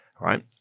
right